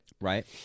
Right